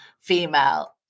female